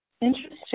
Interesting